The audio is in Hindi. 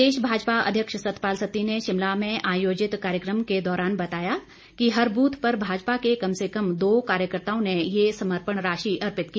प्रदेश भाजपा अध्यक्ष सतपाल सत्ती ने शिमला में आयोजित कार्यक्रम के दौरान बताया कि हर ब्थ पर भाजपा के कम से कम दो कार्यकर्ताओं ने ये सर्म्पण राशि अर्पित की